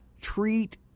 treat